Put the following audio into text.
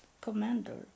commander